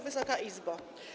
Wysoka Izbo!